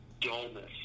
dullness